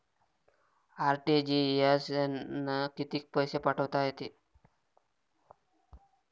RTGS न कितीक पैसे पाठवता येते?